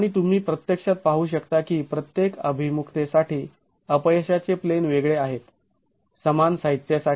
आणि तुम्ही प्रत्यक्षात पाहू शकता की प्रत्येक अभिमुखतेसाठी अपयशाचे प्लेन वेगळे आहेत समान साहित्यासाठी